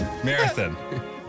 Marathon